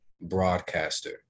broadcaster